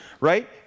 right